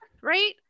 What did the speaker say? right